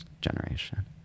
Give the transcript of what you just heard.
generation